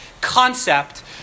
concept